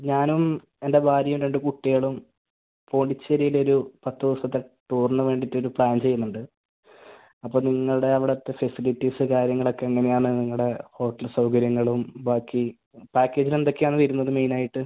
ഞാനും എൻ്റെ ഭാര്യയും രണ്ട് കുട്ടികളും പോണ്ടിച്ചേരിയിൽ ഒരു പത്ത് ദിവസത്ത ടൂറിന് വേണ്ടിയിട്ട് ഒരു പ്ലാൻ ചെയ്യുന്നുണ്ട് അപ്പോൾ നിങ്ങളുടെ അവിടത്തെ ഫെസിലിറ്റീസ് കാര്യങ്ങളൊക്കെ എങ്ങനെയാണ് നിങ്ങളുടെ ഹോട്ടൽ സൗകര്യങ്ങളും ബാക്കി പാക്കേജിൽ എന്തൊക്കെയാണ് വരുന്നത് മെയിനായിട്ട്